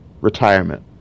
retirement